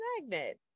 magnet